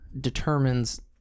determines